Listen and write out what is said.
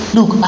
Look